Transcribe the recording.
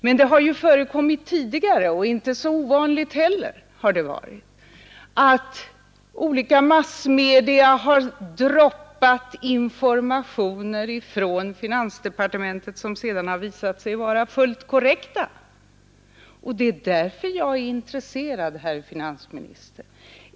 Men det har förekommit tidigare, och det har inte varit så ovanligt heller, att olika massmedia har droppat informationer från finansdepartementet, som senare har visat sig vara korrekta. Det är därför jag är intresserad, herr finansminister.